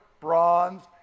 bronze